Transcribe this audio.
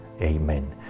Amen